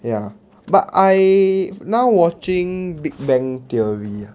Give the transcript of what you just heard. ya but I now watching big bang theory